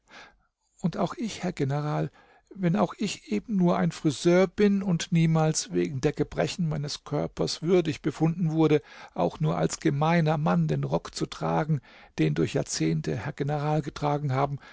und auch ich herr general wenn auch ich eben nur ein friseur bin und niemals wegen der gebrechen meines körpers würdig befunden wurde auch nur als gemeiner mann den rock zu tragen den durch jahrzehnte herr general getragen haben